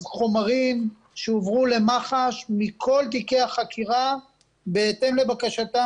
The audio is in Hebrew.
אז חומרים שהועברו למח"ש מכל תיקי החקירה בהתאם לבקשתם